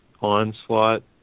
onslaught